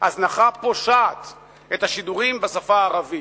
הזנחה פושעת את השידורים בשפה הערבית,